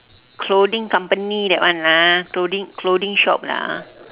clothing company that one lah clothing clothing shop lah